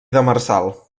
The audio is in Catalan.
demersal